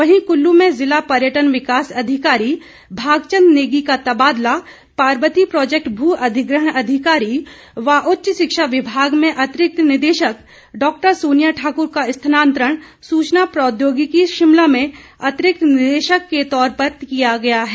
वहीं कुल्लू में जिला पर्यटन विकास अधिकारी भागचंद नेगी का तबादला पार्बती प्रोजेक्ट भू अधिग्रहण अधिकारी व उच्च शिक्षा विभाग में अतिरिक्त निदेशक डॉ सोनिया ठाकुर का स्थानान्तरण सूचना प्रौद्योगिकी शिमला में अतिरिक्त निदेशक के तौर पर किया गया है